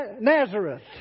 Nazareth